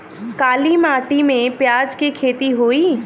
काली माटी में प्याज के खेती होई?